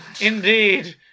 Indeed